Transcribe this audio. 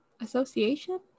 Association